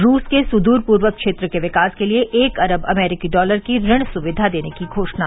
रूस के सुदूर पूर्व क्षेत्र के विकास के लिए एक अरब अमरीकी डॉलर की ऋण सुविधा देने की घोषणा